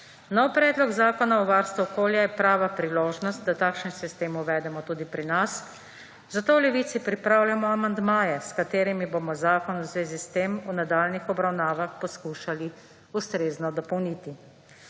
Novi predlog zakona o varstvu okolja je prava priložnost, da takšen sistem uvedemo tudi pri nas, zato v Levici pripravljamo amandmaje, s katerimi bomo zakon v zvezi s tem v nadaljnjih obravnavah poskušali ustrezno dopolniti.